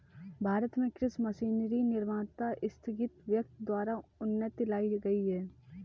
भारत में कृषि मशीनरी निर्माता स्थगित व्यक्ति द्वारा उन्नति लाई गई है